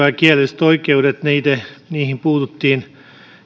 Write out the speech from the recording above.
ja kielellisiin oikeuksiin puututtiin